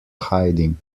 hiding